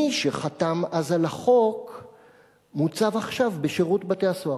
מי שחתם אז על החוק מוצב עכשיו בשירות בתי-הסוהר,